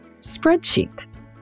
spreadsheet